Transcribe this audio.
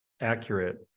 accurate